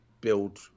build